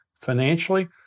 financially